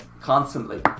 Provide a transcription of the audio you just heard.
constantly